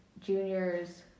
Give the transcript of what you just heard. juniors